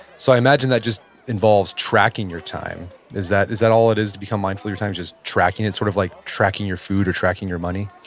so i imagine that just involves tracking your time. is that is that all it is to become mindful of your time? just tracking it, sort of like tracking your food or tracking your money?